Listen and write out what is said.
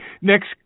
Next